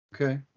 Okay